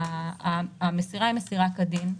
המסירה היא מסירה כדין,